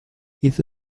hizo